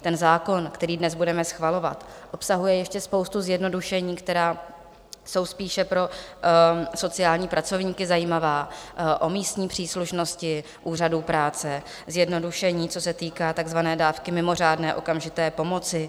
Ten zákon, který dnes budeme schvalovat, obsahuje ještě spoustu zjednodušení, která jsou spíše pro sociální pracovníky zajímavá, o místní příslušnosti úřadů práce, zjednodušení, co se týká takzvané dávky mimořádné okamžité pomoci.